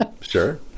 Sure